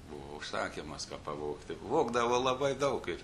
buvo užsakymas o pavogti vogdavo labai daug kaip